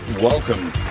Welcome